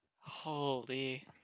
Holy